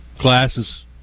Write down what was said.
classes